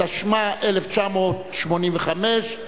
התשמ"ה 1985,